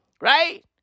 Right